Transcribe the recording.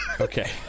Okay